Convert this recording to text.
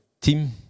team